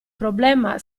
problema